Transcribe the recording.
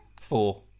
four